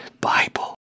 Bible